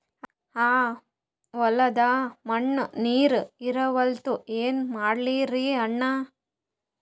ಆ ಹೊಲದ ಮಣ್ಣ ನೀರ್ ಹೀರಲ್ತು, ಏನ ಮಾಡಲಿರಿ ಅಣ್ಣಾ?